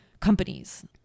companies